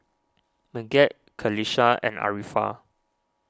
Megat Qalisha and Arifa